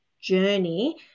journey